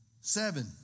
Seven